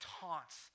taunts